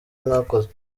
mwakoze